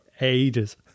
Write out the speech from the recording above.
ages